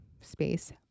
space